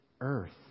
earth